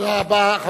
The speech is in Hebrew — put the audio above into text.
תודה רבה.